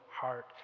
heart